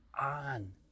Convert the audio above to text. on